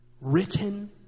written